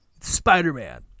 spider-man